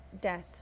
death